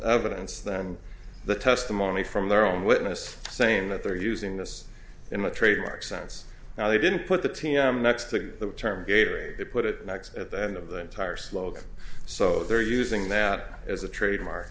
evidence than the testimony from their own witness saying that they're using this in a trademark sense now they didn't put the t m next to the term gateway they put it next at the end of the entire slogan so they're using that as a trademark